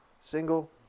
single –